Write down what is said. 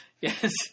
yes